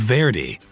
Verdi